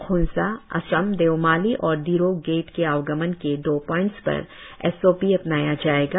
खोंसा असम देउमाली और दिरोक गेट के आवगमन के दो पइंट्स पर एस ओ पी अपनाया जाएगा